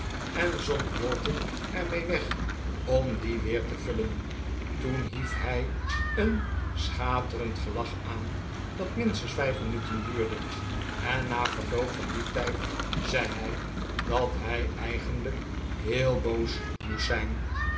en zond lowten ermee weg om die weer te vullen toen hief hij een schaterend gelach aan dat minstens vijf mimiten duurdej en na verloop van dien tijd zei hij dat hij eigenlijk heel boos moest zijn